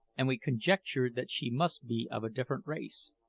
and we conjectured that she must be of a different race.